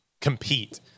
compete